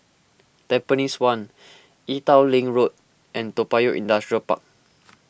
Tampines one Ee Teow Leng Road and Toa Payoh Industrial Park